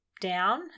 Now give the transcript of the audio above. down